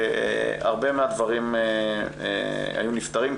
הרבה מהדברים היו נפתרים.